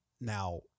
now